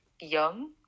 young